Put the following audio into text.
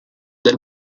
del